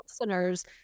listeners